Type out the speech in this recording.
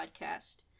podcast